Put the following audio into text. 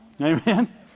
Amen